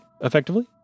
effectively